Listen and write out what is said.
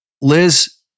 Liz